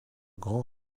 grand